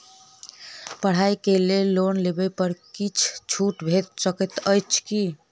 पढ़ाई केँ लेल लोन लेबऽ पर किछ छुट भैट सकैत अछि की?